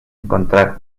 encontrar